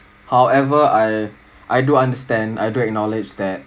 however I I do understand I do acknowledge that